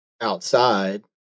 outside